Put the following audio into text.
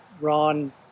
Ron